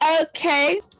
Okay